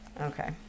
okay